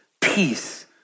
peace